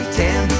ten